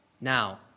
now